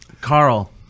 Carl